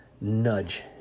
nudge